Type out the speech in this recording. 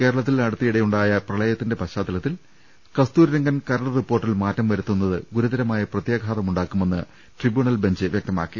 കേരളത്തിൽ അടുത്തിടെയുണ്ടായ പ്രളയത്തിന്റെ പശ്ചാത്തലത്തിൽ കസ്തൂരിരംഗൻ കരട് റിപ്പോർട്ടിൽ മാറ്റം വരുത്തുന്നത് ഗുരുതരമായ പ്രത്യാഘാതമുണ്ടാ ക്കുമെന്ന് ട്രിബ്യൂണൽ ബെഞ്ച് വ്യക്തമാക്കി